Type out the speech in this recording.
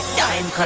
time.